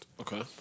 Okay